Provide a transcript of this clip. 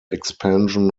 expansion